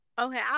Okay